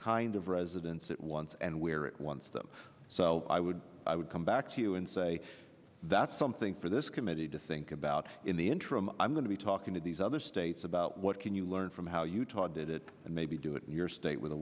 kind of residents it once and where it wants them so i would i would come back to you and say that's something for this committee to think about in the interim i'm going to be talking to these other states about what can you learn from how utah did it and maybe do it in your state with a